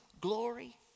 glory